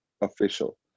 official